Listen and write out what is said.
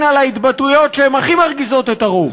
על ההתבטאויות שהן הכי מרגיזות את הרוב.